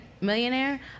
Millionaire